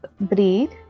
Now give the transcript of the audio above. breathe